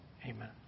Amen